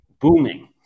booming